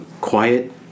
Quiet